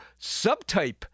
subtype